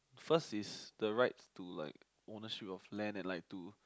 first is the right to like ownership of land and like to